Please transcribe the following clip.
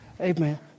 Amen